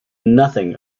nothing